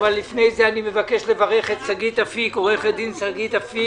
אבל לפני כן אני מבקש לברך את עו"ד שגית אפיק